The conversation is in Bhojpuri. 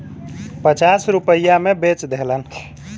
पचास रुपइया मे बेच देहलन